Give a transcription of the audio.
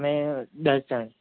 અમે દસ જણ